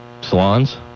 Salons